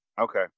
Okay